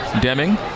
Deming